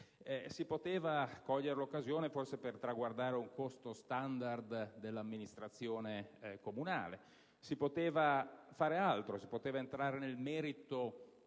Si poteva cogliere l'occasione forse per traguardare un costo standard dell'amministrazione comunale. Si poteva fare altro; si poteva entrare nel merito